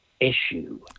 issue